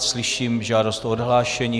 Slyším žádost o odhlášení.